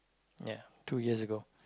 ya two years ago